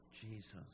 Jesus